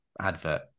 advert